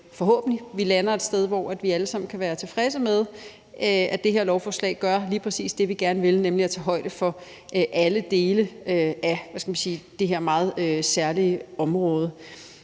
forhåbentlig, at vi lander et sted, hvor vi alle sammen kan være tilfredse med, at det her lovforslag gør lige præcis det, vi gerne vil, nemlig tager højde for alle dele af det her meget særlige område.